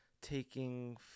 taking